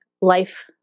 Life